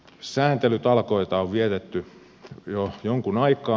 sääntelytalkoita on vietetty jo jonkun aikaa